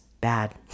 bad